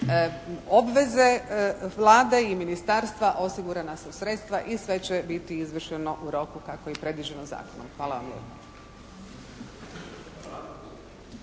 obveze Vlada i ministarstva osigurana su sredstva i sve će biti izvršeno u roku kako je i predviđeno zakonom. Hvala vam